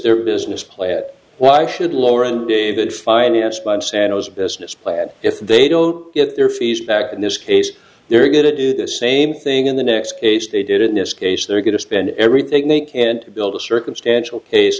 their business plan why should lower and david financed by sandoz business plan if they don't get their fees back in this case they're going to do the same thing in the next case they did in this case they're going to spend everything they can to build a circumstantial case